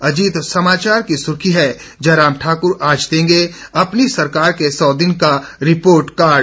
अजीत समाचार की सुर्खी है जयराम ठाकुर आज देंगे अपनी सरकार के सौ दिन का रिपोर्ट कार्ड